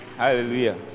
Hallelujah